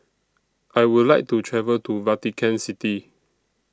I Would like to travel to Vatican City